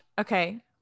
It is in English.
Okay